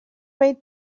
way